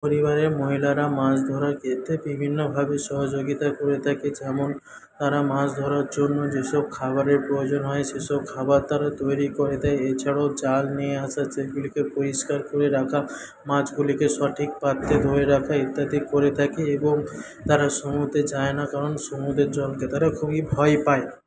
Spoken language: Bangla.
পরিবারের মহিলারা মাছ ধরার ক্ষেত্রে বিভিন্নভাবে সহযোগিতা করে থাকে যেমন তারা মাছ ধরার জন্য যে সব খাবারের প্রয়োজন হয় সে সব খাবার তারা তৈরি করে দেয় এছাড়াও জাল নিয়ে আসা সেগুলিকে পরিষ্কার করে রাখা মাছগুলিকে সঠিক পাত্রে ধরে রাখা ইত্যাদি করে থাকে এবং তারা সমুদ্রে যায় না কারণ সমুদ্রের জলকে তারা খুবই ভয় পায়